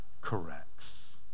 corrects